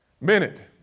minute